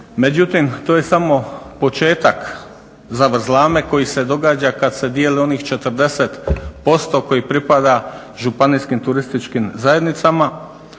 Međutim, to je samo početak zavrzlame koji se događa kad se dijeli onih 40% koji pripada županijskim turističkim zajednicama.